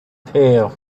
tail